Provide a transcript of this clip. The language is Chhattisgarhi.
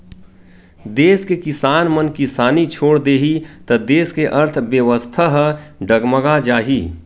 देस के किसान मन किसानी छोड़ देही त देस के अर्थबेवस्था ह डगमगा जाही